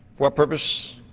what purpose